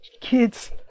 kids